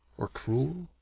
or cruel?